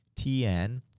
tn